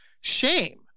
shame